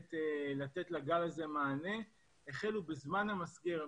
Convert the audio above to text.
המערכת לתת לגל הזה מענה החלו בזמן הסגר.